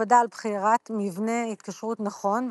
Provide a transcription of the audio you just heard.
הקפדה על בחירת מבנה התקשרות נכון,